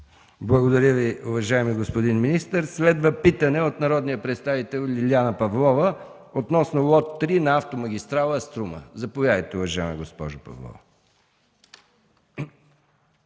Благодаря Ви, уважаеми господин министър. Следва питане от народния представител Лиляна Павлова относно лот 3 на автомагистрала „Струма”. Заповядайте, уважаема госпожо Павлова.